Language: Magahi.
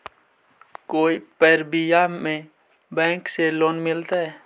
कोई परबिया में बैंक से लोन मिलतय?